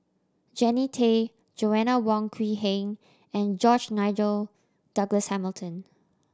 Jannie Tay Joanna Wong Quee Heng and George Nigel Douglas Hamilton